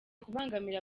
kubangamira